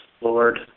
Lord